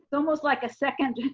so almost like a second,